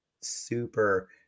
super